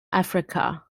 africa